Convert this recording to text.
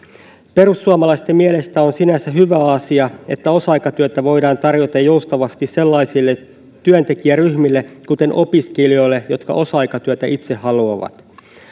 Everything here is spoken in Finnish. perussuomalaisten mielestä on sinänsä hyvä asia että osa aikatyötä voidaan tarjota joustavasti sellaisille työntekijäryhmille kuten opiskelijoille jotka osa aikatyötä itse haluavat